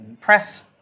press